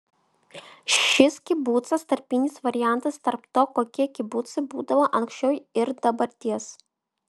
šis kibucas tarpinis variantas tarp to kokie kibucai būdavo anksčiau ir dabarties